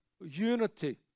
unity